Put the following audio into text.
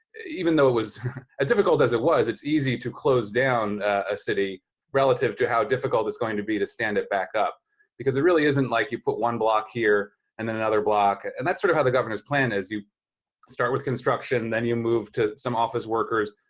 even though it was as difficult as it was, it's easy to close down a city relative to how difficult it's going to be to stand it back up because it really isn't like you put one block here and then another block, and that's sort of how the governor's plan is. you start with construction, then you move to some office workers,